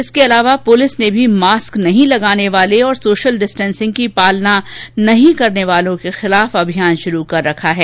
इसके अलावा पुलिस ने भी मास्क नहीं लगाने और सोशल डिस्टेंसिंग की पालना नहीं करने वालों के खिलाफ अभियान शुरू कर रखा है